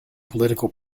political